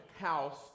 house